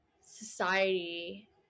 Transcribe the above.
society